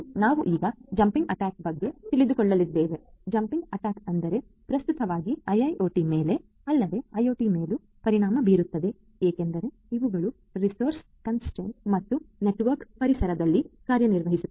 ನಾವು ಈಗ jamming attack ಬಗ್ಗೆ ತಿಳಿದುಳೊಳ್ಳ್ತೀದ್ದೇವೆ ಜಂಮಿಂಗ್ ಅಟ್ಯಾಕ್ ಅಂದರೆ ಪ್ರಸುತ್ತವಾಗಿ IIoT ಮೇಲೆ ಅಲ್ಲದೆ IoT ಮೇಲು ಪರಿಣಾಮಬೀರುತ್ತದೆ ಏಕೆಂದರೆ ಇವುಗಳು ರಿಸೋರ್ಸ್ ಕಾಂಸ್ಟ್ರೈನ್ಟ್ ಮತ್ತು ನೆಟವರ್ಕ್ ಪರಿಸದಲ್ಲಿ ಕಾರ್ಯ ನಿರ್ವಹಿಸುತ್ತದೆ